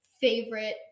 favorite